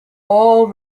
all